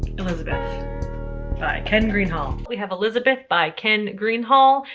elizabeth by ken greenhall. we have elizabeth by ken greenhall.